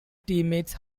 teammates